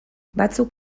batzuk